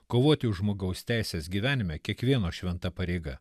kovoti už žmogaus teises gyvenime kiekvieno šventa pareiga